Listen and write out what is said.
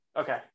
Okay